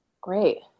great